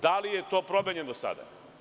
Da li je to promenjeno sada?